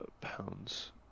pounds